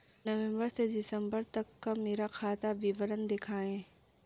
नवंबर से दिसंबर तक का मेरा खाता विवरण दिखाएं?